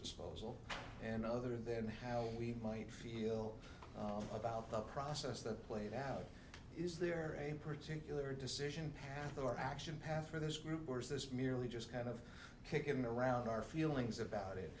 disposal and other then how we might feel about the process that played out is there a particular decision path or action path for this group or is this merely just kind of kicking around our feelings about it